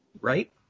right